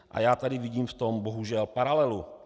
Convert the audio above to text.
A já tady vidím v tom bohužel paralelu.